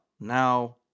Now